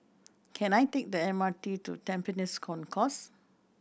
can I take the M R T to Tampines Concourse